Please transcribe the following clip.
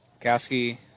Kowski